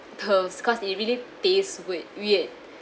pearls cause they really tastes weird weird